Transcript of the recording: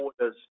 orders